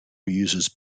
uses